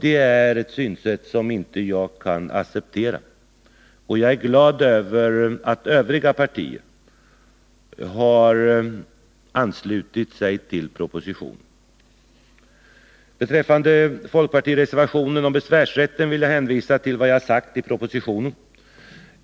Det är ett synsätt som jag inte kan acceptera, och jag är glad över att övriga partier har anslutit sig till propositionen. Beträffande folkpartireservationen om besvärsrätten vill jag hänvisa till vad jag sagt i propositionen.